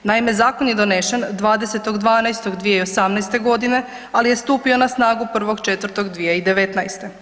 Naime, zakon je donesen 20.12.2018.g., ali je stupio na snagu 1.4.2019.